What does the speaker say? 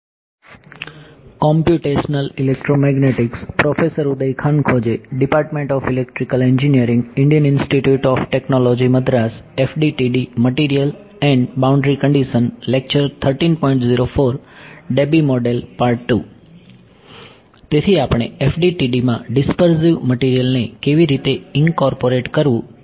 તેથી આપણે FDTD માં ડીસ્પર્ઝીવ મટીરીયલને કેવી રીતે ઇન્કોર્પોરેટ કરવું તે અંગેની આપણી ચર્ચા ચાલુ રાખીશું